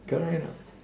correct or not